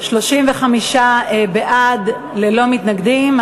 35 בעד, ללא מתנגדים.